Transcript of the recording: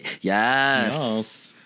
Yes